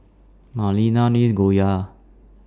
Marlena loves Gyoza